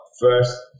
first